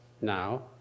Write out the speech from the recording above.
Now